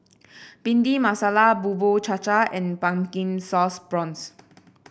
Bhindi Masala Bubur Cha Cha and Pumpkin Sauce Prawns